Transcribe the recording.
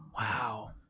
Wow